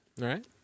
Right